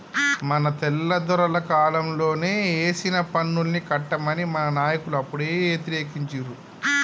మన తెల్లదొరల కాలంలోనే ఏసిన పన్నుల్ని కట్టమని మన నాయకులు అప్పుడే యతిరేకించారు